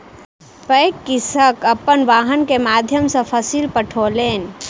पैघ कृषक अपन वाहन के माध्यम सॅ फसिल पठौलैन